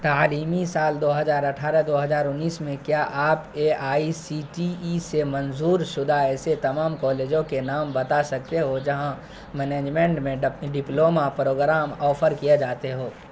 تعلیمی سال دو ہزار اٹھارہ دو ہزار انیس میں کیا آپ A I C T E سے منظور شدہ ایسے تمام کالجوں کے نام بتا سکتے ہو جہاں مینجمنٹ میں ڈپلومہ پروگرام آفر کیا جاتے ہوں